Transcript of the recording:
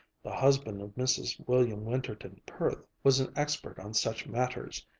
the husband of mrs. william winterton perth was an expert on such matters,